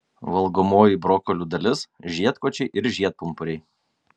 valgomoji brokolių dalis žiedkočiai ir žiedpumpuriai